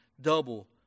double